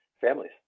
families